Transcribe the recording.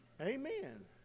Amen